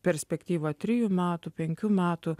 perspektyva trijų metų penkių metų